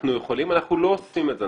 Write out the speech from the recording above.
אנחנו לא עושים את זה.